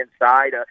inside